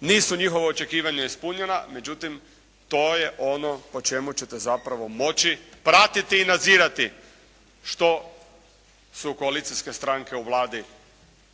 nisu njihova očekivanja ispunjena, međutim to je ono o čemu ćete zapravo moći pratiti i nadzirati što su koalicijske stranke u Vladi obećale